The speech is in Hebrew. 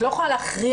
את לא יכולה להכריח,